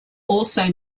also